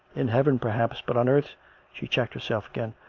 in heaven, perhaps, but on earth she checked herself again.